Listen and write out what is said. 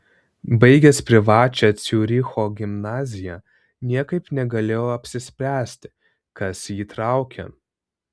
baigęs privačią ciuricho gimnaziją niekaip negalėjo apsispręsti kas jį traukia